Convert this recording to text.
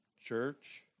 church